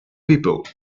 people